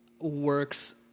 works